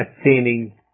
attaining